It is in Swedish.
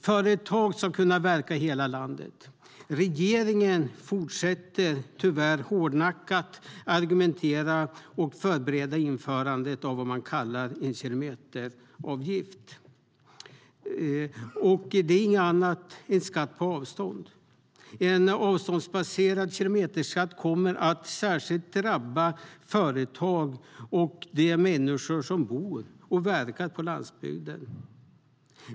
Företag ska kunna verka i hela landet. Regeringen fortsätter tyvärr hårdnackat att argumentera och förbereda införandet av vad man kallar en kilometeravgift. Det är inget annat än en skatt på avstånd. En avståndsbaserad kilometerskatt kommer att särskilt drabba företag och människor som bor och verkar på landsbygden.